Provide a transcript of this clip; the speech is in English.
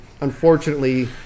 unfortunately